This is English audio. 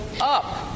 up